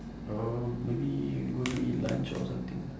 uh maybe go to eat lunch or something